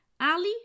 Ali